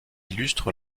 illustre